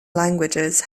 languages